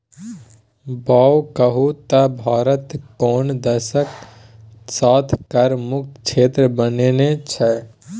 बौआ कहु त भारत कोन देशक साथ कर मुक्त क्षेत्र बनेने छै?